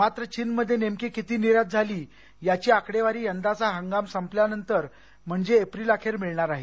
मात्र चीनमध्ये नेमकी किती निर्यात झाली याची आकडेवारी यंदाचा हंगाम संपल्यानंतर म्हणजे एप्रिल अखेरपर्यंत मिळणार आहे